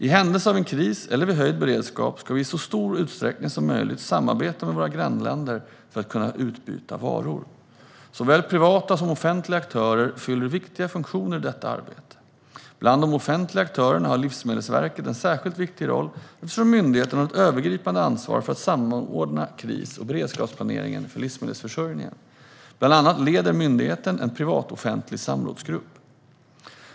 I händelse av en kris eller vid höjd beredskap ska vi i så stor utsträckning som möjligt samarbeta med våra grannländer för att kunna utbyta varor. Såväl privata som offentliga aktörer fyller viktiga funktioner i detta arbete. Bland de offentliga aktörerna har Livsmedelsverket en särskilt viktig roll, eftersom myndigheten har ett övergripande ansvar för att samordna kris och beredskapsplaneringen för livsmedelsförsörjningen. Bland annat leder myndigheten en privat-offentlig samrådsgrupp.